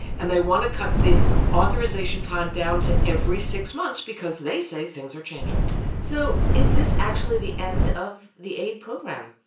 and they want to cut the authorization time down to every six months because they say things are changing so is this actually the end of the aid program?